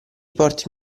porti